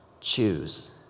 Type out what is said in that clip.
choose